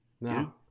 No